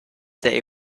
day